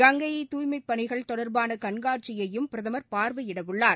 கங்கை தூய்மைப் பணிகள் தொடர்பான கண்காட்சியையும் பிரதமர் பார்வையிடவுள்ளார்